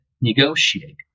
negotiate